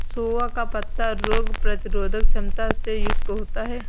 सोआ का पत्ता रोग प्रतिरोधक क्षमता से युक्त होता है